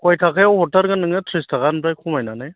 खय थाखायाव हरथारगोन नोङो थ्रिस थाखानिफ्राय खमायनानै